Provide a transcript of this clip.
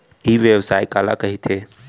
ई व्यवसाय काला कहिथे?